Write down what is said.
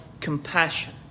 compassion